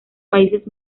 países